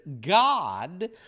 God